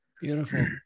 beautiful